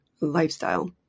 lifestyle